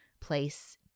place